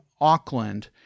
Auckland